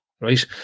right